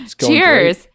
Cheers